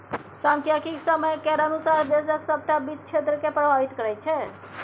सांख्यिकी समय केर अनुसार देशक सभटा वित्त क्षेत्रकेँ प्रभावित करैत छै